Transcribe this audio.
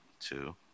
two